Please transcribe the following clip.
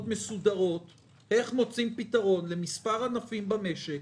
מסודרות איך מוצאים פתרון למספר ענפים במשק